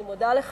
אני מודה לך,